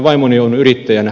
vaimoni on yrittäjänä